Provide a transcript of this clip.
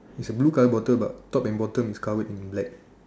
is a blue color bottle but top and bottom is covered in black